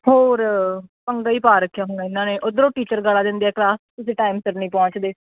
ਹੋਰ ਪੰਗਾ ਹੀ ਪਾ ਰੱਖਿਆ ਹੁਣ ਇਹਨਾਂ ਨੇ ਉਧਰੋਂ ਟੀਚਰ ਗਾਲਾਂ ਦਿੰਦੇ ਆ ਕਲਾਸ 'ਚ ਜੇ ਟਾਈਮ ਸਿਰ ਨਹੀਂ ਪਹੁੰਚਦੇ